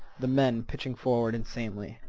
the men, pitching forward insanely,